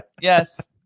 Yes